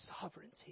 sovereignty